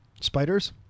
Spiders